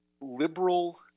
liberal